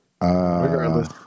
Regardless